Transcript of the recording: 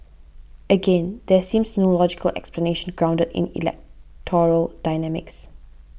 again there seems no logical explanation grounded in electoral dynamics